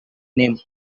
name